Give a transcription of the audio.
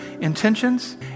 intentions